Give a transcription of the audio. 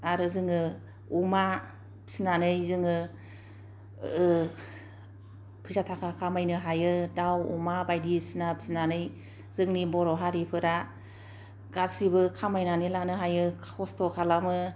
आरो जोङो अमा फिनानै जोङो फैसा थाखा खामायनो हायो दाउ अमा बायदिसिना फिनानै जोंनि बर' हारिफोरा गासिबो खामायनानै लानो हायो खस्थ खालामो